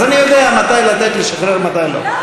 אז אני יודע מתי לתת לשחרר ומתי לא.